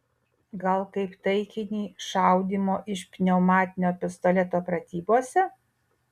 gal kaip taikinį šaudymo iš pneumatinio pistoleto pratybose